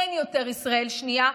אין יותר ישראל שנייה,